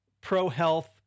pro-health